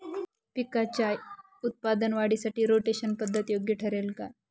पिकाच्या उत्पादन वाढीसाठी रोटेशन पद्धत योग्य ठरेल का?